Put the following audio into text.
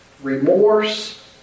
Remorse